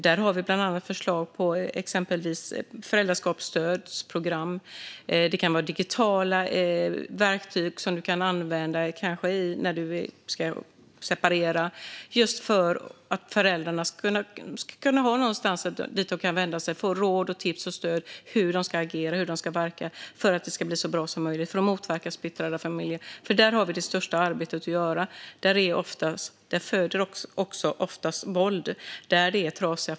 Där har vi bland annat förslag på exempelvis föräldraskapsstödprogram. Det kan vara digitala verktyg att använda vid till exempel separation, just för att föräldrarna ska kunna ha någonstans att vända sig för att få råd, tips och stöd kring hur de ska agera och verka för att det ska bli så bra som möjligt och för att motverka splittrade familjer. Där har man det största arbetet att göra. Det är oftast i trasiga familjer våldet föds.